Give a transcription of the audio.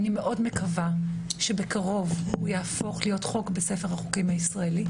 אני מאוד מקווה שבקרוב הוא יהפוך להיות חוק בספר החוקים הישראלי.